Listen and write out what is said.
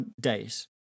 days